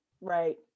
right